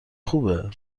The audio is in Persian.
خوبه